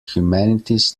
humanities